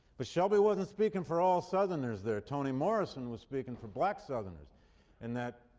but shelby wasn't speaking for all southerners there. toni morrison was speaking for black southerners in that,